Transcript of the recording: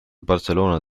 barcelona